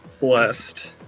blessed